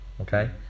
okay